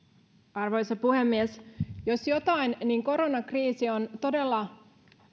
arvoisa puhemies jos jotain niin koronakriisi on todella